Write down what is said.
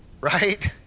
Right